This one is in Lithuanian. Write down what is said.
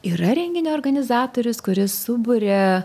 yra renginio organizatorius kuris suburia